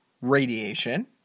radiation